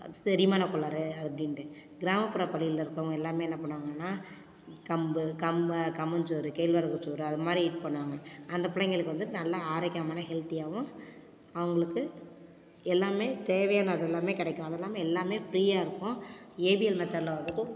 அது செரிமான கோளாறு அப்படின்ட்டு கிராமப்புற பள்ளியில் இருக்கிறவங்க எல்லாமே என்ன பண்ணுவாங்கனா கம்பு கம்ம கம்மஞ்சோறு கேழ்வரகு சோறு அது மாதிரி இது பண்ணுவாங்க அந்த பிள்ளைங்களுக்கு வந்து நல்ல ஆரோக்கியமான ஹெல்த்தியாகவும் அவங்களுக்கு எல்லாமே தேவையானது எல்லாமே கிடைக்கும் அது எல்லாமே எல்லாமே ஃப்ரீயாக இருக்கும் ஏபிஎல் மெத்தெட்டில் வந்துட்டு